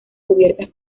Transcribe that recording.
cubiertas